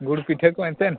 ᱜᱩᱲ ᱯᱤᱴᱷᱟᱹ ᱠᱚ ᱮᱱᱛᱮᱫ